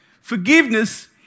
forgiveness